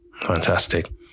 Fantastic